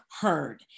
heard